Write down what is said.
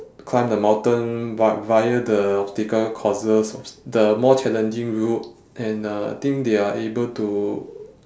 climb the mountain but via the obstacle courses obs~ the more challenging route and uh I think they are able to